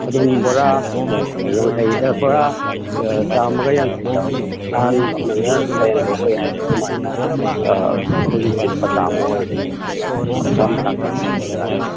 ꯑꯗꯨꯝ ꯕꯣꯔꯥ ꯌꯥꯡꯈꯩ ꯕꯣꯔꯥ ꯆꯥꯝꯃꯒ ꯌꯥꯡꯈꯩꯗ ꯍꯧꯖꯤꯛ ꯅꯍꯥꯟ ꯅꯪꯅ ꯂꯨꯄꯥ ꯌꯥꯡꯈꯩ ꯑꯣꯏ ꯍꯥꯏꯗꯣ ꯑꯗꯨꯃꯥꯏꯅ ꯍꯧꯖꯤꯛꯇꯤ ꯂꯨꯄꯥ ꯆꯥꯝꯃ ꯑꯣꯏꯔꯦ ꯌꯥꯝ ꯇꯥꯡꯈꯠꯂꯦ ꯍꯧꯖꯤꯛ ꯀꯥꯟꯗꯤ